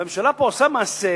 והממשלה פה עושה מעשה,